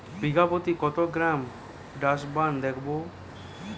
বিঘাপ্রতি কত gram Dursban দেবো?